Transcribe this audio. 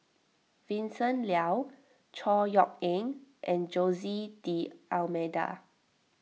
Vincent Leow Chor Yeok Eng and Jose D'Almeida